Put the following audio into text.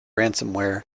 ransomware